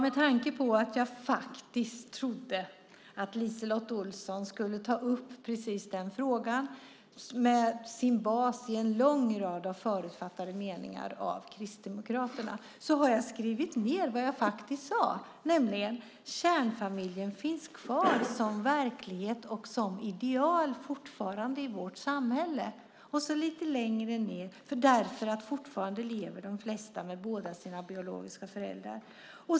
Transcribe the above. Eftersom jag trodde att LiseLotte Olsson skulle ta upp precis den frågan med sin bas i en lång rad av förutfattade meningar om Kristdemokraterna har jag skrivit ned vad jag faktiskt sade, nämligen: Kärnfamiljen finns kvar som verklighet och som ideal fortfarande i vårt samhälle, därför att fortfarande lever de flesta med båda sina biologiska föräldrar.